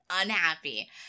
unhappy